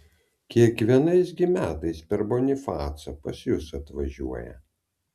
kiekvienais gi metais per bonifacą pas jus atvažiuoja